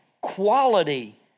quality